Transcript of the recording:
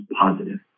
positive